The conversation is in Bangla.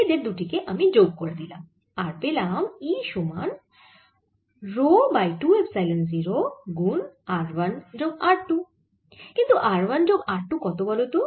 এদের দুটি কে আমি যোগ করে দিলাম আর পেলাম E সমান রো বাই 2 এপসাইলন 0 গুন r 1 যোগ r 2 কিন্তু r 1 যোগ r 2 কত বল তো